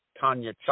Tanya